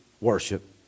worship